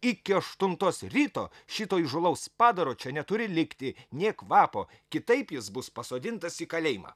iki aštuntos ryto šito įžūlaus padaro čia neturi likti nė kvapo kitaip jis bus pasodintas į kalėjimą